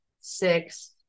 six